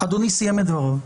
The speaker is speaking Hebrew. אדוני סיים את דבריו.